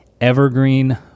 evergreen